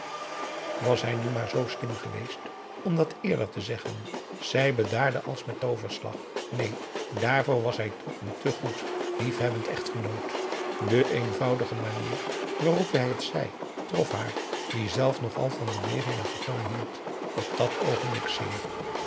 was hij nu maar zoo slim geweest om dat eerder te zeggen zij bedaarde als met een tooverslag neen daarvoor was hij toch een te goed liefhebbend echtgenoot de eenvoudige manier waarop hij het zei trof haar die zelf nogal van beweging en vertoon hield op dat oogenblik zeer